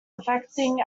affecting